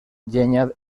llenya